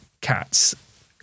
Cats